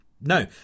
No